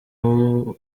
w’u